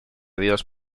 dios